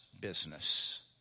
business